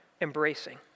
embracing